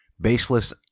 baseless